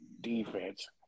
defense